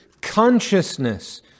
consciousness